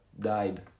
died